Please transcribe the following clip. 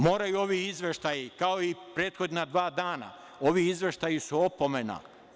Moraju ovi izveštaji, kao i prethodna dva dana, ovi izveštaji su opomena.